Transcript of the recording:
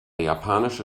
japanische